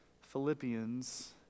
Philippians